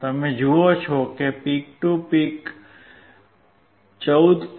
તમે જુઓ છો કે પીક ટુ પીક 14